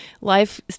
Life